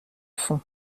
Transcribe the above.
fond